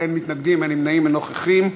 אין מתנגדים, אין נמנעים, אין נוכחים.